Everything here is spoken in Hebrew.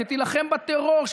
שתילחם בטרור,